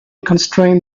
constrain